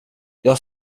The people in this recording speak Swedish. jag